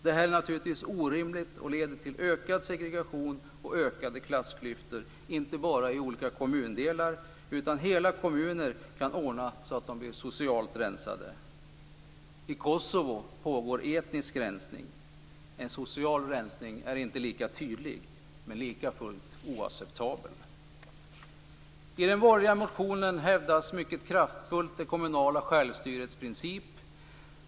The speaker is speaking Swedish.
Detta är naturligtvis orimligt och leder till ökad segregation och ökade klassklyftor, inte bara i olika kommundelar, utan hela kommuner kan ordna så att de blir socialt rensade. I Kosovo pågår etnisk rensning. En social rensning är inte lika tydlig, men likafullt oacceptabel. I den borgerliga motionen hävdas mycket kraftfullt det kommunala självstyrets princip.